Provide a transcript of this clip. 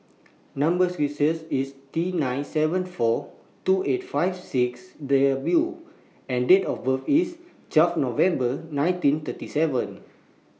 Number sequences IS T nine seven four two eight five six The and Date of birth IS twelve November nineteen thirty seven